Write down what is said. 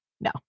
No